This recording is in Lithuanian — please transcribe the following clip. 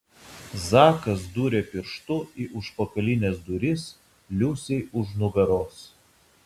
zakas dūrė pirštu į užpakalines duris liusei už nugaros